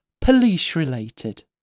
police-related